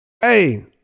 Hey